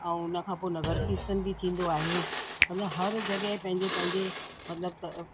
ऐं हुन खां पोइ नगर कीर्तन बि थींदो आहे मतलबु हर जॻह पंहिंजे पंहिंजे मतलबु क